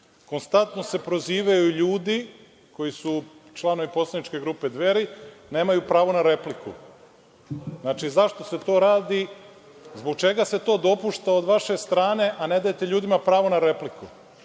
Konstantno se prozivaju ljudi koji su članovi Poslaničke grupe Dveri, a nemaju pravo na repliku. Zašto se to radi? Zbog čega se to dopušta od vaše strane, a ne dajete ljudima pravo na repliku?